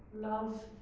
love